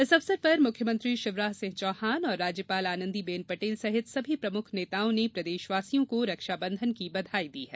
इस अवसर पर मुख्यमंत्री शिवराज सिंह चौहान और राज्यपाल आनंदी बेन पटेल सहित सभी प्रमुख नेताओं ने प्रदेश वासियों को रक्षाबंधन की बधाई दी है